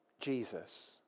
Jesus